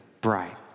bright